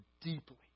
deeply